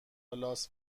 لاس